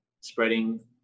spreading